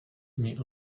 nimi